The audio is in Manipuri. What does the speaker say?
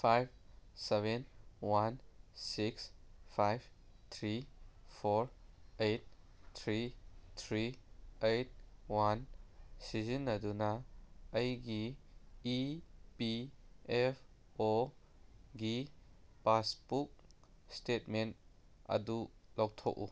five seven one six five three four eight three three eight one ꯁꯤꯖꯤꯟꯅꯗꯨꯅ ꯑꯩꯒꯤ ꯏ ꯄꯤ ꯑꯦꯐ ꯑꯣꯒꯤ ꯄꯥꯁꯕꯨꯛ ꯏꯁꯇꯦꯠꯃꯦꯟ ꯑꯗꯨ ꯂꯧꯊꯣꯛꯎ